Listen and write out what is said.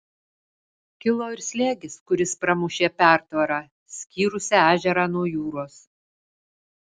kilo ir slėgis kuris pramušė pertvarą skyrusią ežerą nuo jūros